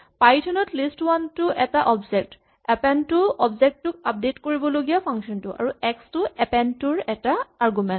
Python ত list one টো এটা অবজেক্ট এপেন্ড টো অবজেক্ট টোক আপডেট কৰিবলগীয়া ফাংচনটো আৰু এক্স টো এপেন্ড ফাংচন টোৰ এটা আৰগুমেন্ট